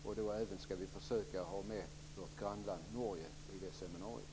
Vi skall även försöka att ha med vårt grannland Norge på det seminariet.